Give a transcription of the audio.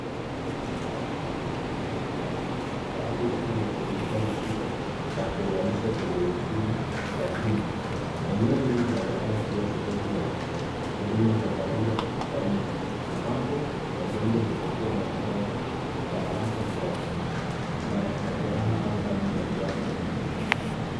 Wagonjwa wamelazwa kwenye vitanda vya dharura, baadhi wakiwa wamefunikwa mashuka, na kuunganishwa kwenye mfumo, ya (cs)drip(cs), eneo hili linaonekana kuwa sehemu ya huduma za dharura hospitalini, ambapo, wagonjwa hupokea matibabu ya harakaka kwa majeraha au hali za kiafya.